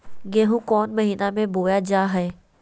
गेहूँ कौन महीना में बोया जा हाय?